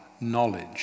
knowledge